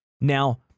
now